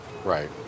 Right